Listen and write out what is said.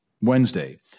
Wednesday